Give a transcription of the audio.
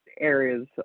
areas